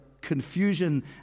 confusion